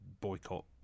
boycott